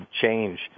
change